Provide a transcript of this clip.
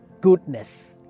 goodness